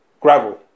gravel